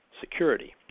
security